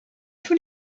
tous